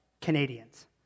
Canadians